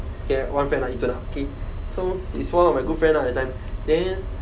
okay I've one friend ah yi dun K so it's one of my good friend lah that time then